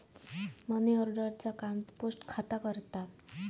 money order चा काम post खाता करता